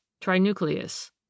Trinucleus